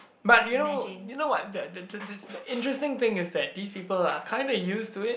but you know you know what the the the interesting thing is that these people are kind of used to it